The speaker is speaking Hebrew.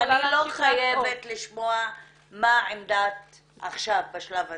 אני לא חייבת לשמוע עכשיו בשלב הזה,